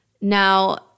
Now